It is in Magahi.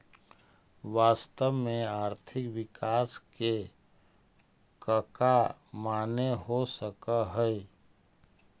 वास्तव में आर्थिक विकास के कका माने हो सकऽ हइ?